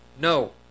No